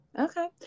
okay